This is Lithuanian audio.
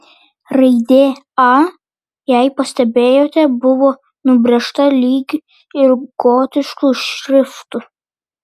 raidė a jei pastebėjote buvo nubrėžta lyg ir gotišku šriftu